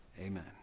amen